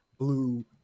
Blue